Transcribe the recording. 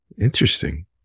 Interesting